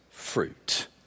Fruit